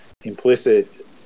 implicit